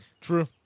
True